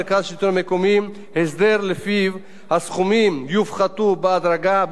הסכומים יופחתו בהדרגה במשך חמש השנים באופן דיפרנציאלי,